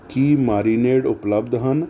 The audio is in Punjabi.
ਕੀ ਮਾਰੀਨੇਡ ਉਪਲਬਧ ਹਨ